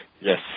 Yes